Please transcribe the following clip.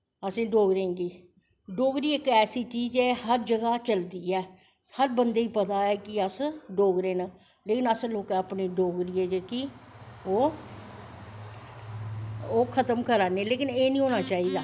असें डोगरें बी डोगरी इक ऐसी चीज़ ऐ हर जगाह् चलदी ऐ हर बंदे गा पता ऐ कि अस डोगरे न लेकिन असें लोकैं डोगरी ऐ ओह् खत्म करा ने लेकिन एह् नी होनां चाही दा